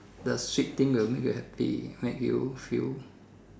the sweet thing will make you happy make you feel